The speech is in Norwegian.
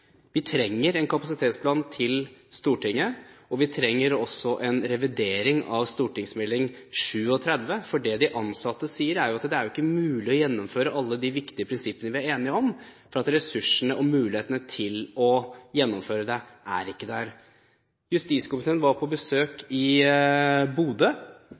Vi trenger å få en kapasitetsplan til Stortinget, og vi trenger også en revidering av St.meld. nr. 37. Det de ansatte sier, er at det er ikke mulig å gjennomføre alle de viktige prinsippene vi er enige om, for ressursene og mulighetene til å gjennomføre dem er ikke der. Justiskomiteen var på besøk i Bodø.